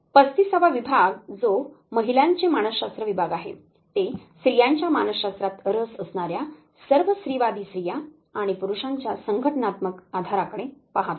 35 वा विभाग जो महिलांचे मानसशास्त्र विभाग आहे ते स्त्रियांच्या मानसशास्त्रात रस असणार्या सर्व स्त्रीवादी स्त्रिया आणि पुरुषांच्या संघटनात्मक आधाराकडे पाहतात